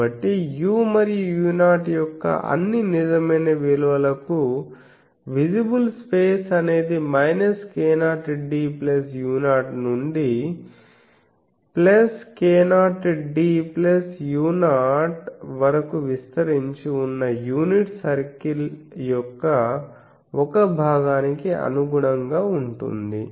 కాబట్టి u మరియు u 0 యొక్క అన్ని నిజమైన విలువలకు విజిబుల్ స్పేస్ అనేది k0d u0 నుండి నుండి k0du0 వరకు విస్తరించి ఉన్న యూనిట్ సర్కిల్ యొక్క ఒక భాగానికి అనుగుణంగా ఉంటుంది